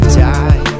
die